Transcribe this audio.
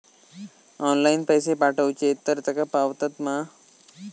Online पैसे पाठवचे तर तेका पावतत मा?